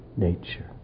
nature